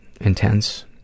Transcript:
Intense